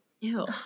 Ew